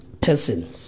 person